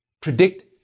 predict